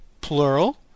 plural